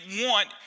want